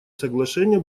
соглашения